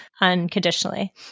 unconditionally